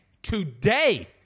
today